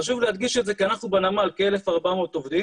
חשוב להדגיש את זה כי אנחנו בנמל כ-1,400 עובדים